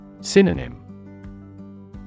Synonym